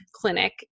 clinic